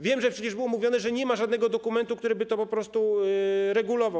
Wiem, bo przecież było mówione, że nie ma żadnego dokumentu, który by to po prostu regulował.